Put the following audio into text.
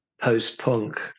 post-punk